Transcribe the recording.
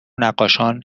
نقاشان